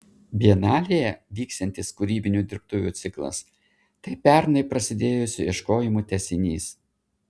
bienalėje vyksiantis kūrybinių dirbtuvių ciklas tai pernai prasidėjusių ieškojimų tęsinys